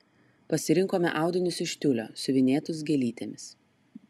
pasirinkome audinius iš tiulio siuvinėtus gėlytėmis